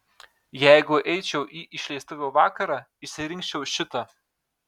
jeigu eičiau į išleistuvių vakarą išsirinkčiau šitą